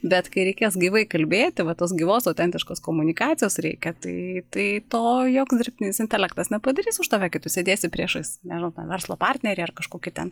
bet kai reikės gyvai kalbėti va tos gyvos autentiškos komunikacijos reikia tai tai to joks dirbtinis intelektas nepadarys už tave kai tu sėdėsi priešais nežinau ten verslo partnerį ar kažkokį ten